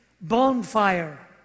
bonfire